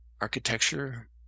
architecture